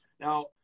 Now